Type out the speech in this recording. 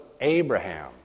Abraham